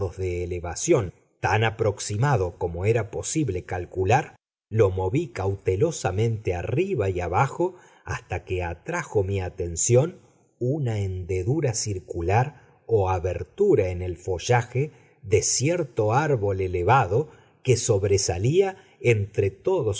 de elevación tan aproximado como era posible calcular lo moví cautelosamente arriba y abajo hasta que atrajo mi atención una hendedura circular o abertura en el follaje de cierto árbol elevado que sobresalía entre todos